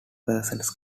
persons